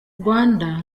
rwanda